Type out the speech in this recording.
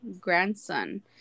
grandson